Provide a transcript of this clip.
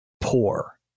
poor